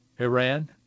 Iran